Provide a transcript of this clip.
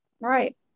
Right